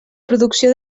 producció